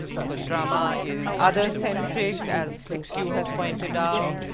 because drama is other-centric as cixous has pointed out,